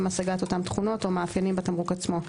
השגת אותם תכונות או מאפיינים בתמרוק עצמו,